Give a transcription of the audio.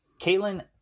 Caitlin